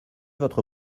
votre